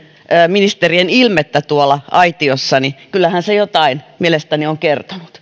ministerien ilmettä tuolla aitiossa niin kyllähän se jotain mielestäni on kertonut